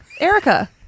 Erica